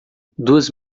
duas